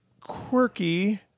quirky